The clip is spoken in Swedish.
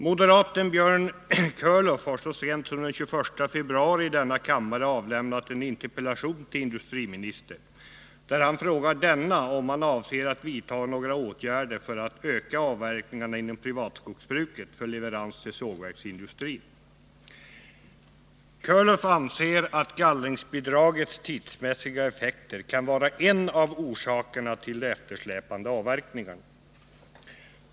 Moderaten Björn Körlof har så sent som den 21 februari i denna kammare framställt en interpellation till industriministern, där han frågar om industriministern avser att vidta några åtgärder för att öka avverkningarna inom privatskogsbruket för leverans till sågverksindustrin. Björn Körlof anser att gallringsbidragets tidsmässiga effekter kan vara en av orsakerna till de eftersläpande avverkningarna.